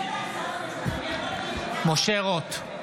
משה רוט,